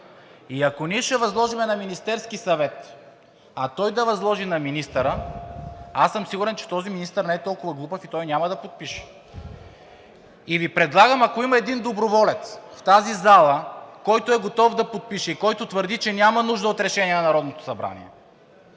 И ако ние ще възложим на Министерския съвет, а той да възложи на министъра, аз съм сигурен, че този министър не е толкова глупав и той няма да подпише. И Ви предлагам, ако има един доброволец в тази зала, който е готов да подпише и който твърди, че няма нужда от решение на Народното събрание,